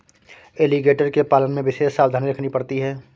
alligator के पालन में विशेष सावधानी रखनी पड़ती है